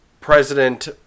president